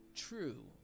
true